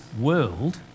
world